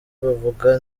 bavuga